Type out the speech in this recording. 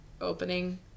opening